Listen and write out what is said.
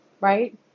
right